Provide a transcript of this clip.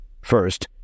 First